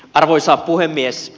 arvoisa puhemies